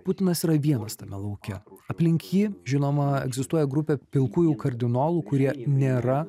putinas yra vienas tame lauke aplink jį žinoma egzistuoja grupė pilkųjų kardinolų kurie nėra